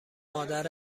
مادر